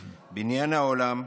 "בניין העולם,